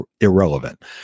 irrelevant